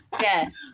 Yes